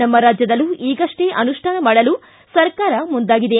ನಮ್ನ ರಾಜ್ಯದಲ್ಲೂ ಈಗಷ್ಟೇ ಅನುಷ್ಠಾನ ಮಾಡಲು ಸರ್ಕಾರ ಮುಂದಾಗಿದೆ